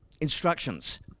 instructions